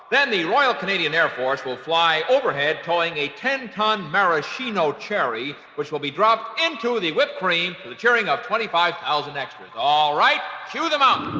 then, the royal canadian air force will fly overhead towing a ten ton maraschino cherry which will be dropped into the whipped cream with the cheering of twenty five thousand extras. all right, cue the mountain!